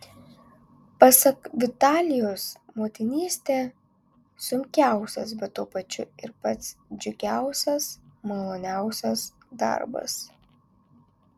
pasak vitalijos motinystė sunkiausias bet tuo pačiu ir pats džiugiausias maloniausias darbas